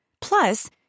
Plus